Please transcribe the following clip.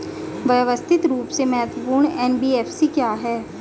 व्यवस्थित रूप से महत्वपूर्ण एन.बी.एफ.सी क्या हैं?